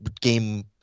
game